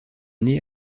née